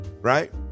Right